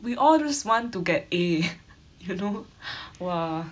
we all just want to get A you know who !wah!